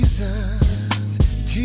Jesus